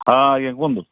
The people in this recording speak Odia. ହଁ ଆଜ୍ଞ କୁହନ୍ତୁ